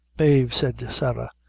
mave, said sarah,